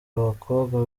abakobwa